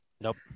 nope